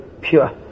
pure